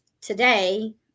today